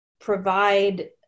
provide